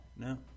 No